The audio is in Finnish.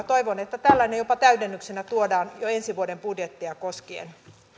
toivon että tällainen jopa täydennyksenä tuodaan jo ensi vuoden budjettia koskien